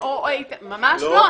ממש לא.